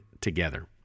together